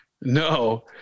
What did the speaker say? No